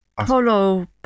Polo